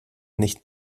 nicht